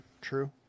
True